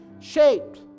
shaped